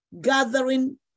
gathering